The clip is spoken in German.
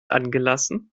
angelassen